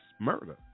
murder